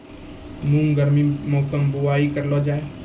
मूंग गर्मी मौसम बुवाई करलो जा?